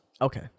Okay